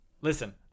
Listen